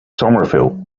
somerville